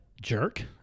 jerk